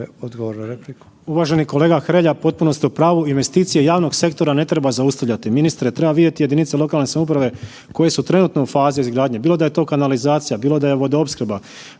Tomislav (HSU)** Uvaženi kolega Hrelja, potpuno ste u pravu, investicije javnog sektora ne treba zaustavljati, ministre treba vidjeti jedinice lokalne samouprave koje su trenutno u fazi izgradnje, bilo da je to kanalizacija, bilo da je vodoopskrba,